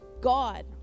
God